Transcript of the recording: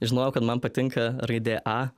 žinojau kad man patinka raidė a